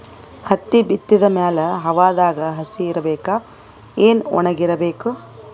ಹತ್ತಿ ಬಿತ್ತದ ಮ್ಯಾಲ ಹವಾದಾಗ ಹಸಿ ಇರಬೇಕಾ, ಏನ್ ಒಣಇರಬೇಕ?